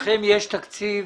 לכם יש תקציב